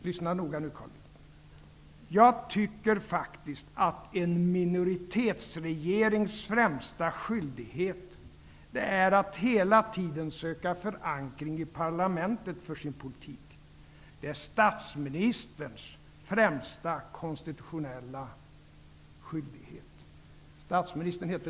Lyssna noga nu, Carl Bildt! ''Jag tycker faktiskt att en minoritetsregerings främsta skyldighet är att hela tiden söka förankring i parlamentet för sin politik. Det är statsministerns främsta konstitutionella skyldighet.''